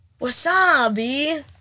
Wasabi